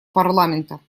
парламента